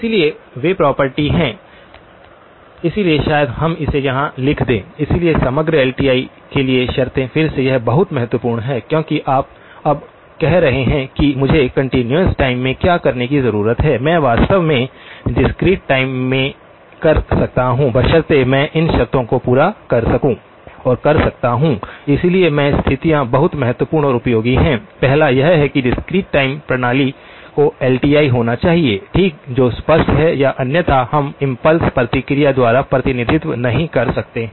इसलिए वे प्रॉपर्टी हैं इसलिए शायद हम इसे यहां लिख दें इसलिए समग्र एलटीआई के लिए शर्तें फिर से यह बहुत महत्वपूर्ण है क्योंकि आप अब कह रहे हैं कि मुझे कंटीन्यूअस टाइम में क्या करने की जरूरत है मैं वास्तव में डिस्क्रीट टाइम में कर सकता हूं बशर्ते मैं इन शर्तों को पूरा कर सकता हूं इसलिए ये स्थितियाँ बहुत महत्वपूर्ण और उपयोगी हैं पहला यह है कि डिस्क्रीट टाइम प्रणाली को एल टी आई होना चाहिए ठीक जो स्पष्ट है या अन्यथा हम इम्पल्स प्रतिक्रिया द्वारा प्रतिनिधित्व नहीं कर सकते हैं